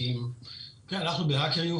אנחנו HackerU,